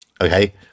Okay